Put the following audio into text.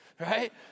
Right